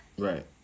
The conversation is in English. right